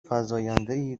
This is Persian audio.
فزایندهای